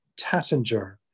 Tattinger